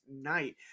night